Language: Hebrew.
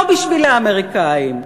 לא בשביל האמריקנים,